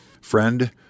Friend